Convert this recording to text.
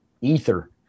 ether